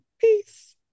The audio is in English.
Peace